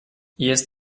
jest